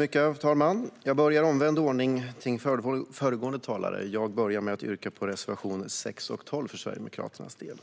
Herr talman! Jag börjar i omvänd ordning mot föregående talare och yrkar bifall till reservationerna 6 och 12 för Sverigedemokraternas del.